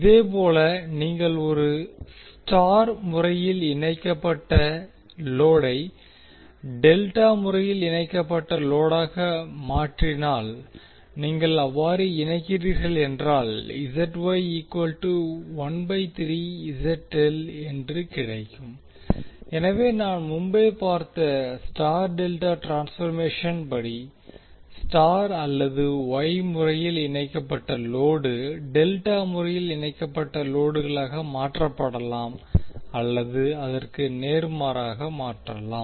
இதேபோல் நீங்கள் ஒரு ஸ்டார் முறையில் இணைக்கப்பட்ட லோடை டெல்டா முறையில் இணைக்கப்பட்ட லோடாக மாற்றினால் நீங்கள் அவ்வாறு இணைக்கிறீர்கள் என்றால் என்று கிடைக்கும் எனவே நாம் முன்பே பார்த்த ஸ்டார் டெல்டா ட்ரான்ஸ்பர்மேஷன் படி ஸ்டார் அல்லது ஒய் முறையில் இணைக்கப்பட்ட லோடு டெல்டா முறையில் இணைக்கப்பட்ட லோடுகளாக மாற்றப்படலாம் அல்லது அதற்கு நேர்மாறாக மாற்றலாம்